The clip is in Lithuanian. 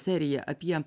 seriją apie